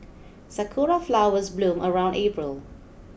sakura flowers bloom around April